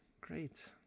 Great